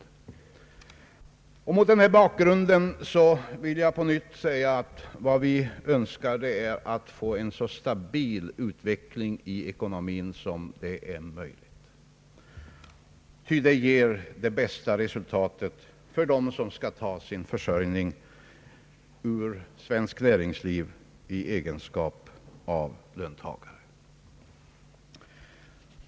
Mot denna bakgrund vill jag på nytt säga att vi önskar att få en så stabil utveckling i ekonomin som möjligt, ty detta ger det bästa resultatet för dem som skall få sin försörjning av svenskt näringsliv som löntagare.